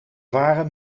waren